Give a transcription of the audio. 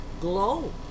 glow